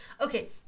okay